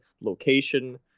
location